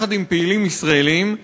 יחד עם פעילים ישראלים,